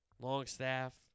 Longstaff